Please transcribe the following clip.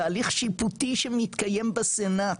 בהליך שיפוטי שמתקיים בסנאט,